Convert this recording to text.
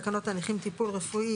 תקנות הנכים (טיפול רפואי),